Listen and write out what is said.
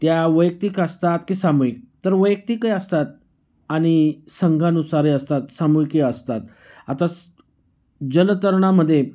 त्या वैयक्तिक असतात की सामूहिक तर वैयक्तिकही असतात आणि संघानुसारही असतात सामूहिकही असतात आता स जलतरणामध्ये